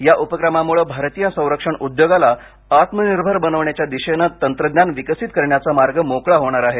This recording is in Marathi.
या उपक्रमामुळे भारतीय संरक्षण उद्योगाला आत्मनिर्भर बनवण्याच्या दिशेने तंत्रज्ञान विकसित करण्याचा मार्ग मोकळा होणार आहे